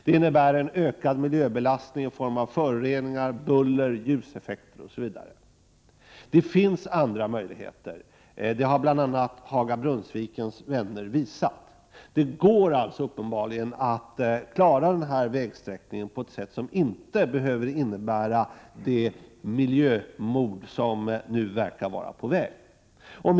Det innebär en ökad miljöbelastning i form av föroreningar, buller, ljuseffekter osv. Det finns andra möjliga vägsträckningar. Det har bl.a. Haga/Brunnsvikens vänner visat. Det går alltså uppenbarligen att lösa problemen med vägsträckningen på ett sätt som inte behöver innebära det miljömord som nu verkar vara förestående.